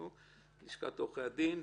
ללשכת עורכי הדין,